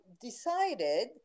decided